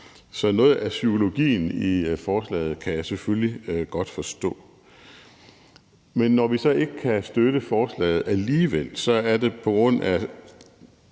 Så noget af psykologien i forslaget kan jeg selvfølgelig godt forstå. Men når vi ikke kan støtte forslaget alligevel, er det på grund af